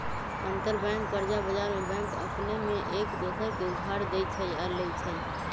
अंतरबैंक कर्जा बजार में बैंक अपने में एक दोसर के उधार देँइ छइ आऽ लेइ छइ